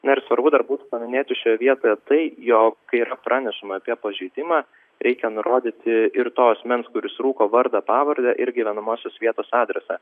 na ir svarbu dar būtų paminėti šioje vietoje tai jog kai yra pranešama apie pažeidimą reikia nurodyti ir to asmens kuris rūko vardą pavardę ir gyvenamosios vietos adresą